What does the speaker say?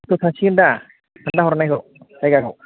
रोंखासिगोन दा खोन्थाहरनायखौ जायगाखौ